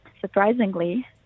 surprisingly